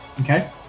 Okay